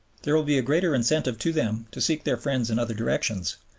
there will be a great incentive to them to seek their friends in other directions,